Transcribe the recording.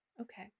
Okay